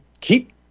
keep –